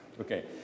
Okay